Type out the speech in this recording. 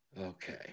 okay